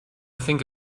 think